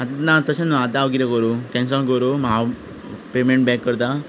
आतां ना तशें न्हय आतां हांव किदें करूं कॅन्सल करूं हांव पेमेंट बॅक करतां